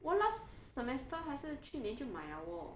我 last semester 还是去年就买 liao wor~